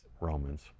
Romans